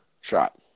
shot